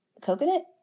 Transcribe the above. Coconut